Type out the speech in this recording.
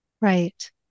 Right